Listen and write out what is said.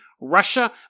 Russia